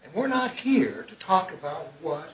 and we're not here to talk about what